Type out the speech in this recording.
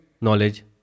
knowledge